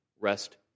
rest